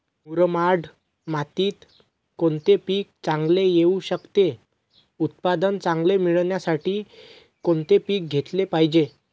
मुरमाड मातीत कोणते पीक चांगले येऊ शकते? उत्पादन चांगले मिळण्यासाठी कोणते पीक घेतले पाहिजे?